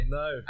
no